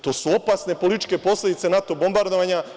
To su opasne političke posledice NATO bombardovanja.